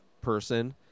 person